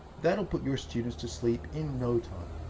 that'll put your students to sleep in no time.